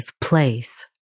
place